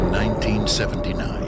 1979